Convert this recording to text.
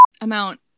amount